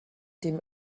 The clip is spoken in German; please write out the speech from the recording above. dem